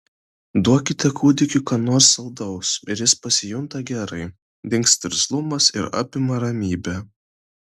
duokite kūdikiui ką nors saldaus ir jis pasijunta gerai dingsta irzlumas ir apima ramybė